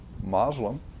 Muslim